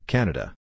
Canada